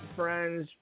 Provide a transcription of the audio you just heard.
friends